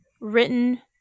written